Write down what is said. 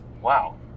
Wow